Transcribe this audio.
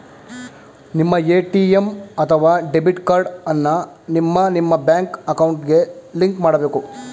ನಿಮ್ಮ ಎ.ಟಿ.ಎಂ ಅಥವಾ debit card ಅನ್ನ ನಿಮ್ಮ ನಿಮ್ಮ ಬ್ಯಾಂಕ್ ಅಕೌಂಟ್ಗೆ ಲಿಂಕ್ ಮಾಡಬೇಕು